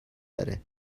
داره